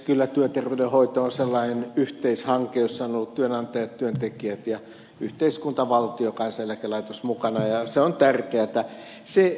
kyllä työterveydenhoito on sellainen yhteishanke jossa ovat olleet työnantajat ja työntekijät ja yhteiskunta valtio kansaneläkelaitos mukana ja se on tärkeätä